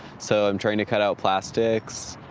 so, i'm trying to cut out plastics,